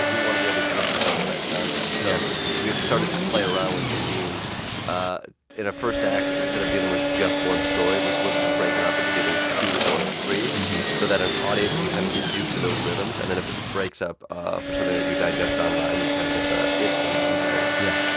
we want to be able to give you some of that context, so we have started to play around with it being ah in a first act, instead of dealing with just one story, let's look to break it up into dealing with two or three so that an audience can kind of get used to those rhythms. and then if it breaks up ah for something that you digest online, you kind of get the it in its entirety yeah.